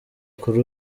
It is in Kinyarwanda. kuri